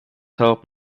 help